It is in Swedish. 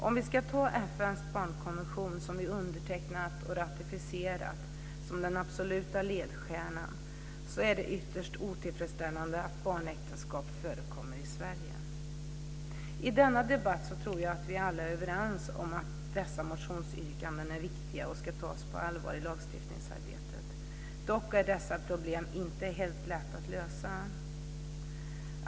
Om man ska ha FN:s barnkonvention, som är undertecknad och ratificerad, som den absoluta ledstjärnan är det ytterst otillfredsställande att barnäktenskap förekommer i Sverige. I denna debatt tror jag att vi alla är överens om att dessa motionsyrkanden är viktiga och att de ska tas på allvar i lagstiftningsarbetet. Dock är dessa problem inte helt lätta att lösa.